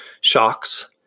shocks